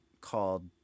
called